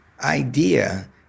idea